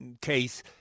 case